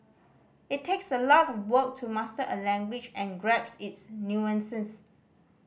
it takes a lot of work to master a language and grapes its nuances